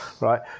right